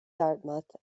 dartmouth